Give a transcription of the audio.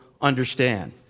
understand